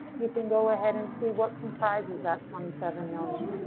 you can go ahead and see what comprises that twenty seven million.